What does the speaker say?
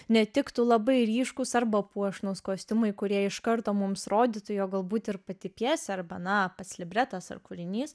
netiktų labai ryškūs arba puošnūs kostiumai kurie iš karto mums rodytų jog galbūt ir pati pjesė arba na pats libretas ar kūrinys